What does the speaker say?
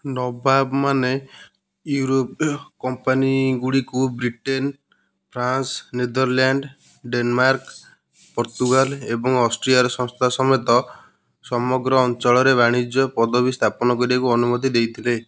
ନବାବମାନେ ୟୁରୋପୀୟ କମ୍ପାନୀଗୁଡ଼ିକୁ Britain France Netherland Denmark Portugal ଏବଂ ଅଷ୍ଟ୍ରିଆର ସଂସ୍ଥା ସମେତ ସମଗ୍ର ଅଞ୍ଚଳରେ ବାଣିଜ୍ୟ ପଦବୀ ସ୍ଥାପନ କରିବାକୁ ଅନୁମତି ଦେଇଥିଲେ